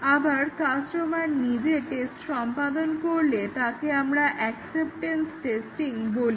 আবার কাস্টমার নিজে টেস্ট সম্পাদন করলে তাকে অ্যাকসেপ্টেন্স টেস্টিং বলা হয়